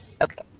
Okay